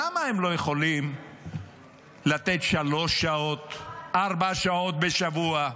למה הם לא יכולים לתת שלוש-ארבע שעות בשבוע?